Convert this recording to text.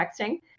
texting